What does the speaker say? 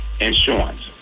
insurance